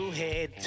head